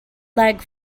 leg